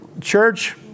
Church